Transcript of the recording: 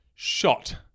shot